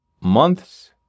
months